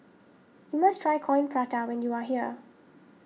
you must try Coin Prata when you are here